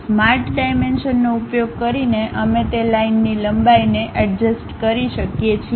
smart ડાઇમેંશનનો ઉપયોગ કરીને અમે તે લાઇનની લંબાઈને અડજસ્ત કરી શકીએ છીએ